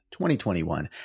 2021